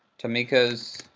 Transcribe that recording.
tamika's